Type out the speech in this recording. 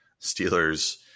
Steelers